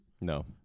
no